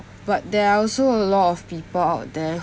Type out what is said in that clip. but there are also a lot of people out there